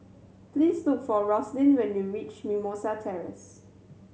please look for Rosalind when you reach Mimosa Terrace